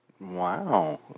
Wow